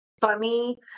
funny